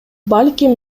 балким